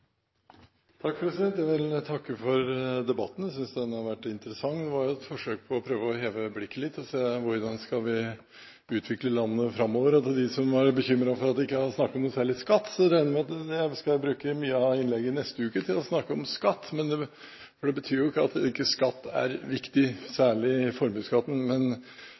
Jeg vil takke for debatten. Jeg synes den har vært interessant. Det var et forsøk på å prøve å heve blikket litt og se hvordan vi skal utvikle landet framover. Til dem som var bekymret over at jeg ikke har snakket noe særlig om skatt, regner jeg med å bruke mye av innlegget neste uke til å snakke om det. Det betyr jo ikke at skatt ikke er viktig, særlig formuesskatten. Men